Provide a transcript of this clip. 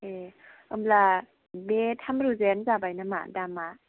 ए होमब्ला बे थाम रोजायानो जाबाय नामा दामा